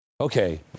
Okay